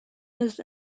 was